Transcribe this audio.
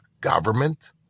government